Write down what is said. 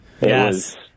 yes